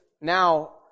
now